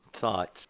Thoughts